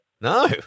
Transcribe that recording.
No